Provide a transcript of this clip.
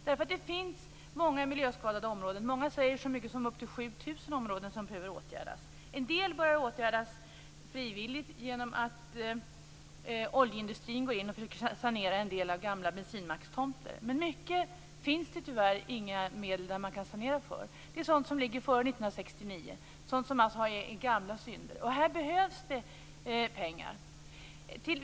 Det finns många miljöskadade områden; många säger att det finns så mycket som upp till 7 000 områden som behöver åtgärdas. En del börjar åtgärdas frivilligt genom att oljeindustrin går in och försöker sanera en del gamla bensinmackstomter. Men när det gäller mycket annat finns det tyvärr inga medel att sanera för. Det är sådant som tillkom före 1969, alltså gamla synder. Här behövs det pengar.